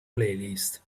playlist